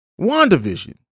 WandaVision